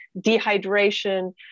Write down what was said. dehydration